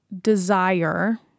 desire